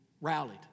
rallied